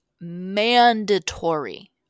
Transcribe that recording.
mandatory